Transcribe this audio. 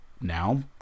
now